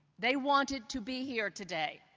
they wanted to be here today.